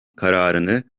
kararını